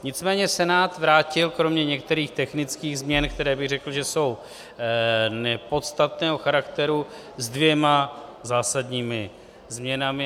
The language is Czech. Nicméně Senát vrátil kromě některých technických změn, které, bych řekl, jsou nepodstatného charakteru, se dvěma zásadními změnami.